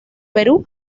perú